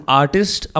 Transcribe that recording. artist